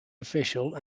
official